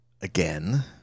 again